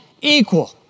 equal